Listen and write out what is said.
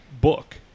book